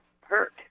hurt